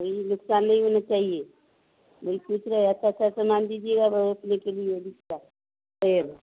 वही नुकसान नहीं होना चाहिए वही पूछ रहे हैं अच्छा अच्छा सामान दीजिएगा